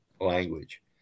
language